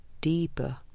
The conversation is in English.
deeper